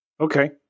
Okay